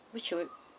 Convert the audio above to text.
which would